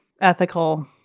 ethical